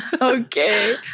okay